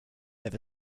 ever